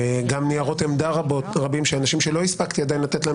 גם ניירות עמדה רבים של אנשים שעוד לא הספקתי לתת להם